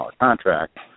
contract